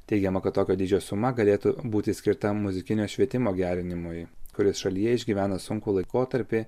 teigiama kad tokio dydžio suma galėtų būti skirta muzikinio švietimo gerinimui kuris šalyje išgyvena sunkų laikotarpį